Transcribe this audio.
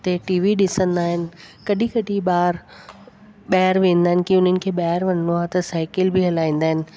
हुते टीवी ॾिसंदा आहिनि कॾहिं कॾहिं ॿार ॿाहिरि वेंदा कॾहिं की उन्हनि खे ॿाहिरि वञिणो आहे त साइकिल बि हलाईंदा आहिनि